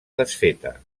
desfeta